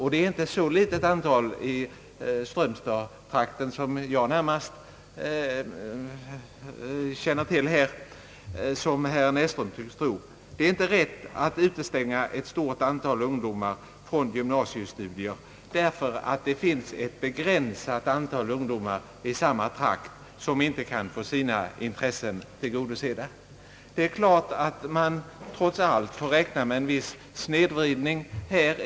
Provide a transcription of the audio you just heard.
Det är, anser jag, inte rätt att utestänga ett stort antal ungdomar från gymnasiestudier för att det finns ett begränsat antal ungdomar i samma trakt som inte kan få sina intressen tillgodosedda. Trots allt får man räkna med en viss snedvridning i fråga om linjeval.